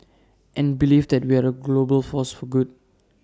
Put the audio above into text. and believe that we are A global force for good